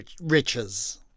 riches